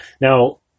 Now